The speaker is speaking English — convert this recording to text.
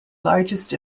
largest